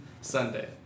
Sunday